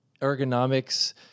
ergonomics